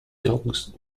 dogs